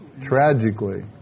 Tragically